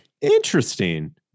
Interesting